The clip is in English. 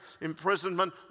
imprisonment